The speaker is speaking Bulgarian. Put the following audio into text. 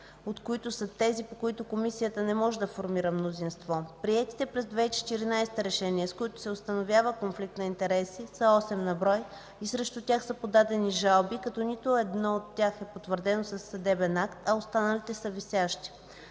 от които са тези, по които Комисията не може да формира мнозинство. Приетите през 2014 г. решения, с които се установява конфликт на интереси, са 8 на брой и срещу тях са подадени жалби, като едно от тях е потвърдено със съдебен акт, а останалите са висящи.